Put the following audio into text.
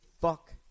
fuck